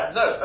no